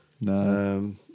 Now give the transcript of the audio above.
no